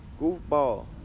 Goofball